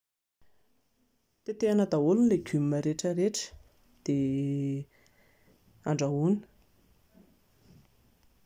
Tetehina daholo ny légume rehetrarehetra dia andrahoina